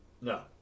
no